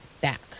back